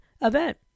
event